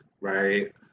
Right